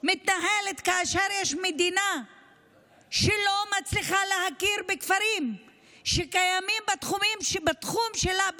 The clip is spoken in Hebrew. מתנהלת כאשר יש מדינה שלא מצליחה להכיר בכפרים שקיימים בתחום שלה,